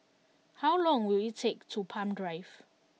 how long will it take to Palm Drive